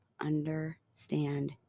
understand